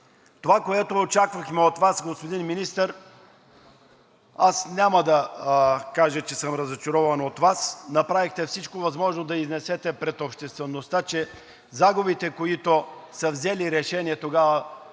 Това, което очаквахме от Вас, господин Министър, няма да кажа, че съм разочарован от Вас – направихте всичко възможно да изнесете пред обществеността, че загубите, които са взели решението тогава